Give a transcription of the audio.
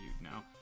Now